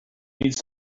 need